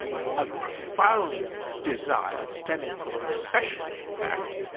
ah a profound desire, stemming from an obsession in fact,